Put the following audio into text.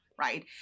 right